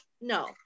no